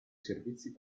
servizi